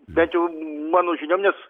bent jau mano žiniomis